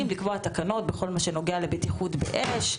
לקבוע תקנות בכל מה שנוגע לבטיחות באש,